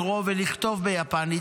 לקרוא ולכתוב ביפנית,